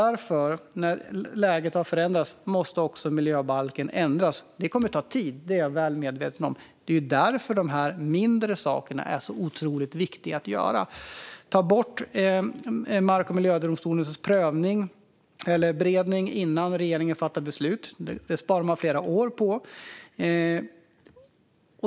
När läget nu har förändrats måste också miljöbalken ändras. Det kommer att ta tid. Det är jag väl medveten om. Det är därför som de mindre sakerna är så otroligt viktiga att göra. Det handlar om att ta bort Mark och miljödomstolens beredning innan regeringen fattar beslut. Det sparar man flera år på.